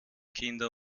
kinder